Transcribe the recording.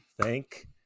Thank